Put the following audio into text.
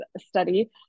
study